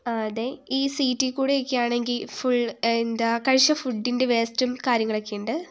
ആ അതെ ഈ സീറ്റിൽക്കൂടി ഒക്കെ ആണെങ്കിൽ ഫുൾ എന്താ കഴിച്ച ഫുഡ്ഡിൻ്റെ വേസ്റ്റും കാര്യങ്ങളൊക്കെ ഉണ്ട്